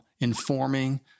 informing